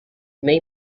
may